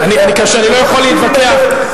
אני לא יכול להתווכח.